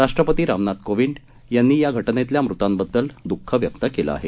राष्ट्रपती रामनाथ कोविंद यांनी या घटनेतल्या मृतांबद्दल दुःख व्यक्त केलं आहे